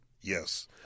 yes